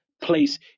place